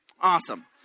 Awesome